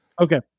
Okay